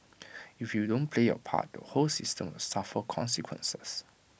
if you don't play your part the whole system will suffer consequences